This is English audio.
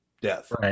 death